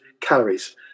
calories